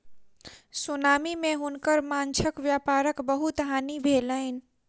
tsunami मे हुनकर माँछक व्यापारक बहुत हानि भेलैन